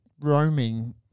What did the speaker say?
roaming